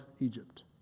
Egypt